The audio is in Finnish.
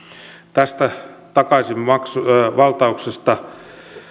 tästä takaisinvaltauksesta